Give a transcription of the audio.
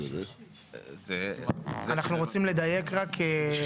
אנחנו רוצים לדייק רק.